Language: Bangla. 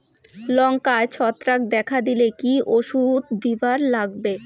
লঙ্কায় ছত্রাক দেখা দিলে কি ওষুধ দিবার লাগবে?